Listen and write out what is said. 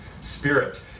Spirit